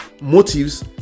motives